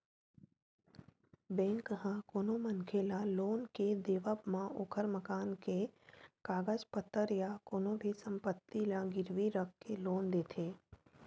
bank ह कोनो मनखे ल लोन के देवब म ओखर मकान के कागज पतर या कोनो भी संपत्ति ल गिरवी रखके लोन देथे